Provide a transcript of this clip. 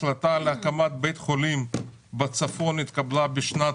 ההחלטה על הקמת בית חולים בצפון התקבלה בשנת